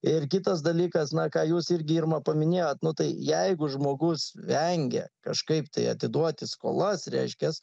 ir kitas dalykas na ką jūs irgi irma paminėjot nu tai jeigu žmogus vengia kažkaip tai atiduoti skolas reiškias